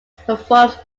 performed